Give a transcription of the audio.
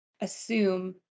assume